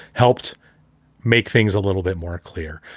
helped make things a little bit more clear.